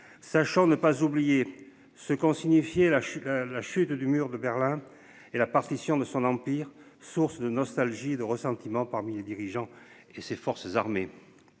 Sachant, ne pas oublier ce qu'ont signifié la chute la chute du mur de Berlin et la partition de son empire, source de nostalgie de ressentiment parmi les dirigeants et ses forces armées.